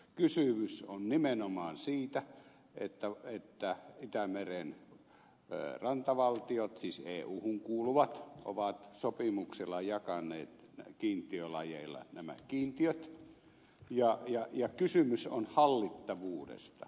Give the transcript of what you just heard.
kysymys on nimenomaan siitä että itämeren rantavaltiot siis euhun kuuluvat ovat sopimuksilla jakaneet kiintiölajeilla nämä kiintiöt ja kysymys on hallittavuudesta